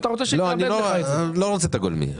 אני לא רוצה את הגולמי.